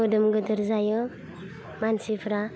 मोदोम गिदिर जायो मानसिफ्रा